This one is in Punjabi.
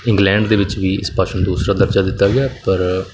ਇੰਗਲੈਂਡ ਦੇ ਵਿੱਚ ਵੀ ਇਸ ਭਾਸ਼ਾ ਨੂੰ ਦੂਸਰਾ ਦਰਜਾ ਦਿੱਤਾ ਗਿਆ ਪਰ